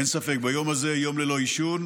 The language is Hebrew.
אין ספק, ביום הזה, יום ללא עישון,